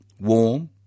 warm